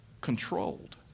controlled